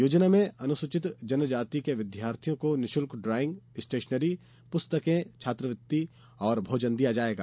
योजना में अनुसूचित जनजाति के विद्यार्थियों को निःशुल्क ड्राइंग स्टेशनरी पुस्तकें छात्रवृत्ति और भोजन दिया जाएगा